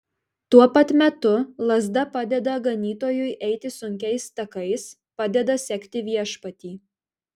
tuo pat metu lazda padeda ganytojui eiti sunkiais takais padeda sekti viešpatį